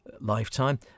lifetime